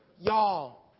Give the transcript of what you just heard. Y'all